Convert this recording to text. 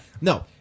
No